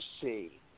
see